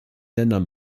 ländern